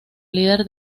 líder